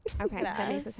Okay